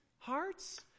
Hearts